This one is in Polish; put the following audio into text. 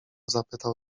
zapytał